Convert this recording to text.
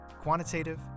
quantitative